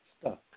stuck